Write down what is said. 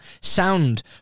sound